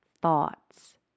thoughts